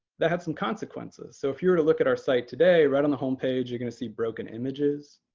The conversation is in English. that had some consequences. so if you were to look at our site today, right on the home page, you're going to see broken images.